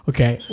Okay